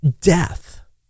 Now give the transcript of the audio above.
death